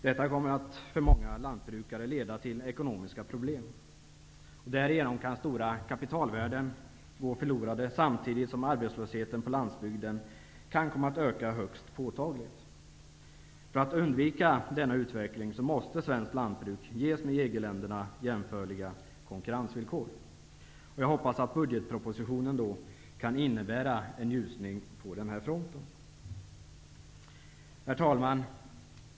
Detta kommer att leda till ekonomiska problem för många lantbrukare. Därigenom kan stora kapitalvärden gå förlorade, samtidigt som arbetslösheten på landsbygden kan komma att öka högst påtagligt. För att undvika denna utveckling måste svenskt lantbruk ges med EG-länderna jämförliga konkurrensvillkor. Jag hoppas att budgetpropositionen innebär en ljusning på den fronten. Herr talman!